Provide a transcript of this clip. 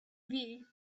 view